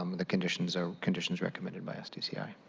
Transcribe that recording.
um the conditions ah conditions recommended by sdc i.